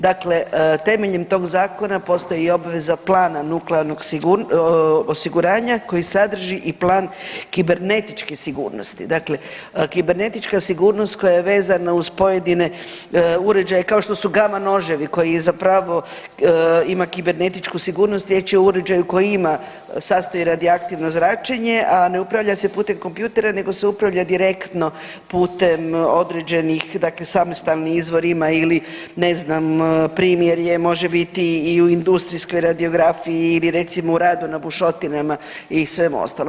Dakle, temeljem tog zakona postoji i obveza plana nuklearnog osiguranja koji sadrži i plan kibernetičke sigurnosti, dakle kibernetička sigurnost koja je vezana uz pojedine uređaje kao što su gama noževi koji zapravo ima kibernetičku sigurnost, riječ je o uređaju koji ima, sastoji radioaktivno zračenje, a ne upravlja se putem kompjutera nego se upravlja direktno putem određenih dakle samostalni izvor ima ili ne znam primjer je može biti i u industrijskoj radiografiji ili recimo u radu na bušotinama i svemu ostalom.